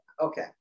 okay